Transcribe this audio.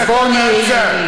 בוא, עכשיו.